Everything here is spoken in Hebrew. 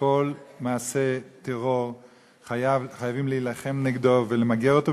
וכל מעשה טרור חייבים להילחם נגדו ולמגר אותו,